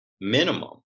minimum